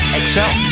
excel